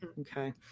Okay